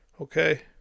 Okay